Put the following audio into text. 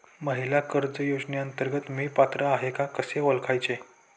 महिला कर्ज योजनेअंतर्गत मी पात्र आहे का कसे ओळखायचे?